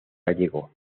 gallego